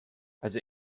also